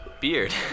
beard